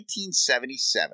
1977